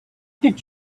did